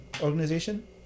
organization